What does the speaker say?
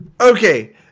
Okay